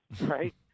right